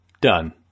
Done